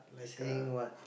saying what